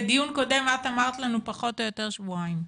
בדיון קודם את אמרת לנו פחות או יותר שבועיים.